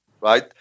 right